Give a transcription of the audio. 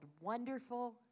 Wonderful